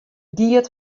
giet